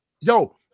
yo